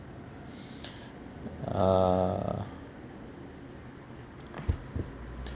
err